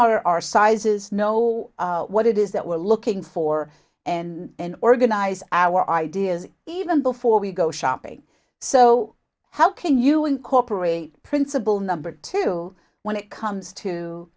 our our sizes know what it is that we're looking for and organize our ideas even before we go shopping so how can you incorporate principal number two when it comes to